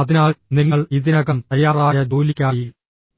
അതിനാൽ നിങ്ങൾ ഇതിനകം തയ്യാറായ ജോലിക്കായി